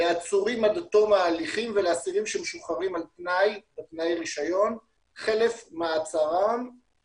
לעצורים עד תום ההליכים ולאסירים שמשוחררים על תנאי רישיון חלף מעצרם,